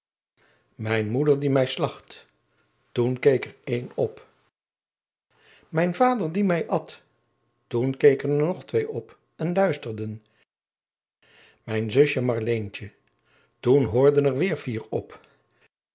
mijn moeder die mij slacht toen keek er één op mijn vader die mij at toen keken er nog twee op en luisterden mijn zusje marleentje toen hoorden er weêr vier op